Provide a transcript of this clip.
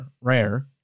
rare